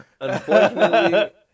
Unfortunately